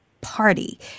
party